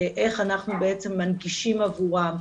איך אנחנו בעצם מנגישים עבורם,